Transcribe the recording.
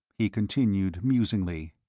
he continued, musingly,